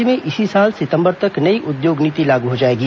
राज्य में इसी साल सितंबर तक नई उद्योग नीति लागू हो जाएगी